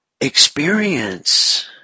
experience